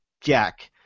Jack